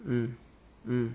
mm mm